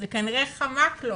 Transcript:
זה כנראה חמק לו